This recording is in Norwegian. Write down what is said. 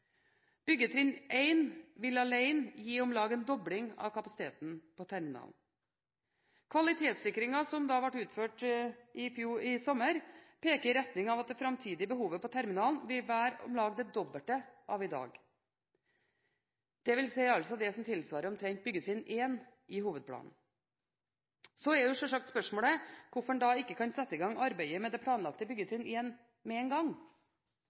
terminalen. Kvalitetssikringen som ble utført i sommer, peker i retning av at det framtidige behovet på terminalen vil være om lag det dobbelte av i dag, dvs. det tilsvarer omtrent byggetrinn 1 i hovedplanen. Så er selvsagt spørsmålet hvorfor man ikke kan sette i gang arbeidet med det planlagte byggetrinn 1 med en gang.